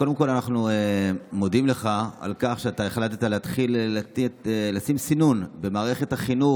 קודם כול אנחנו מודים לך על כך שהחלטת להתחיל לשים סינון במערכת החינוך.